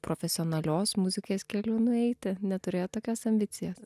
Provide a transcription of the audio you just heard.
profesionalios muzikės keliu nueiti neturėjot tokias ambicijas na galbūt